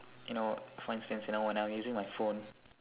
you know for instance you know when I'm using my phone